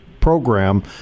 program